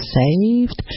saved